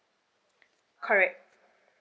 correct